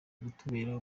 kutubera